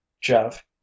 Jeff